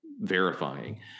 verifying